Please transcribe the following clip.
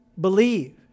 Believe